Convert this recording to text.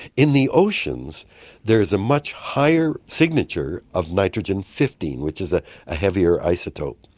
in the oceans there is a much higher signature of nitrogen fifteen, which is ah a heavier isotope.